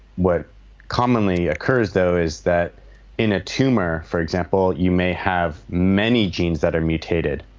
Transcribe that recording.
what commonly occurs though is that in a tumor, for example, you may have many genes that are mutated.